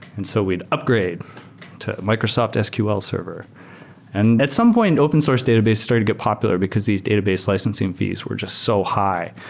and so we'd upgrade to microsoft sql server and at some point, open source database started get popular, because these database licensing fees were just so high.